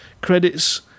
credits